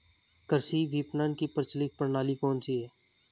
कृषि विपणन की प्रचलित प्रणाली कौन सी है?